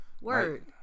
word